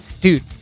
Dude